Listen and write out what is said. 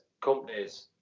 companies